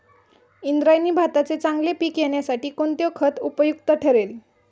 इंद्रायणी भाताचे चांगले पीक येण्यासाठी कोणते खत उपयुक्त ठरेल?